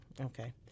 Okay